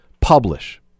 publish